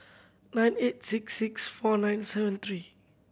nine eight six six four nine seven three